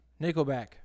Nickelback